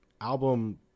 album